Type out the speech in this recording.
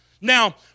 Now